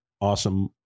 awesome